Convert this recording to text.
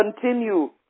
continue